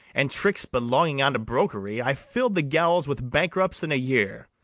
and tricks belonging unto brokery, i fill'd the gaols with bankrupts in a year,